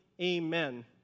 amen